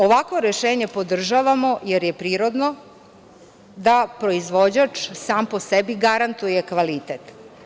Ovakvo rešenje podržavamo jer je prirodno da proizvođač sam po sebi garantuje kvalitet.